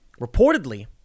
reportedly